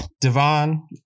Devon